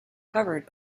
covered